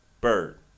Bird